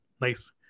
nice